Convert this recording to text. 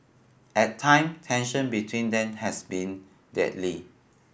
at time tension between them has been deadly